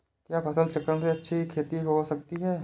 क्या फसल चक्रण से अच्छी खेती हो सकती है?